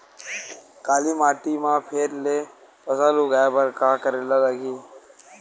काली माटी म फेर ले फसल उगाए बर का करेला लगही?